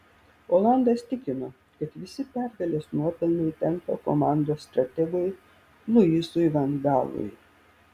olandas tikino kad visi pergalės nuopelnai tenka komandos strategui luisui van gaalui